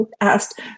asked